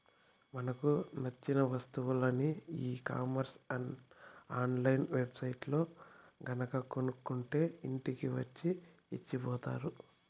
మనకు నచ్చిన వస్తువులని e commerce online web సైట్లల్లో గనక కొనుక్కుంటే ఇంటికి వచ్చి ఇచ్చిపోతారు